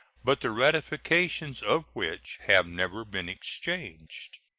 but the ratifications of which have never been exchanged.